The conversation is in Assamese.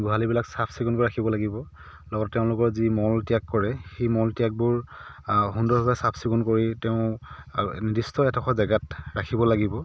গোহালিবিলাক চাফ চিকুণ কৰি ৰাখিব লাগিব লগতে তেওঁলোকৰ যি মল ত্যাগ কৰে সেই মল ত্যাগবোৰ সুন্দৰভাৱে চাফ চিকুণ কৰি তেওঁ নিৰ্দিষ্ট এডোখৰ জাগাত ৰাখিব লাগিব